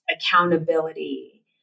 accountability